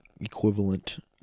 equivalent